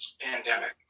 pandemic